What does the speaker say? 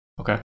Okay